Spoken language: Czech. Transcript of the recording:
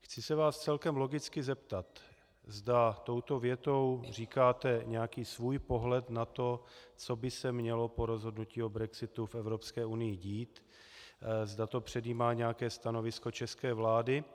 Chci se vás celkem logicky zeptat, zda touto větou říkáte nějaký svůj pohled na to, co by se mělo po rozhodnutí o brexitu v Evropské unii dít, zda to předjímá nějaké stanovisko české vlády.